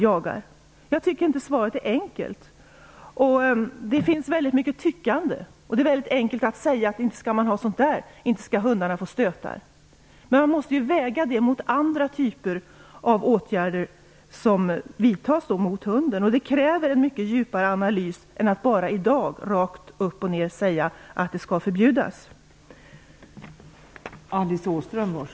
Jag tycker inte att frågan är enkel att besvara. Det finns väldigt mycket tyckande. Det är enkelt att säga att hundarna inte skall få stötar. Men man måste ju väga detta mot andra typer av åtgärder som vidtas mot hunden, vilket kräver en mycket djupare analys än att i dag bara rakt upp och ner säga att eldressyr skall förbjudas.